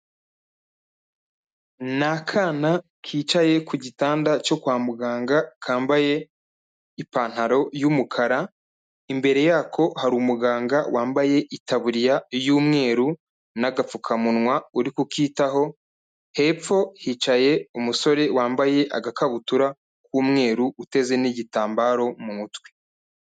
Ni akana kicaye ku gitanda cyo kwa muganga, kambaye ipantaro y'umukara, imbere yako hari umuganga wambaye itaburiya y'umweru n'agapfukamunwa uri kukitaho, hepfo hicaye umusore wambaye agakabutura k'umweru uteze n'igitambaro mu mutwe.